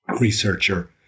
researcher